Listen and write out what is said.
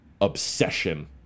obsession